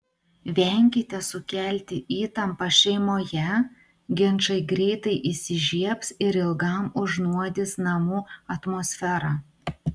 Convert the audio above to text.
venkite sukelti įtampą šeimoje ginčai greitai įsižiebs ir ilgam užnuodys namų atmosferą